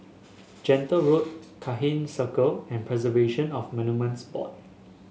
Gentle Road Cairnhill Circle and Preservation of Monuments Board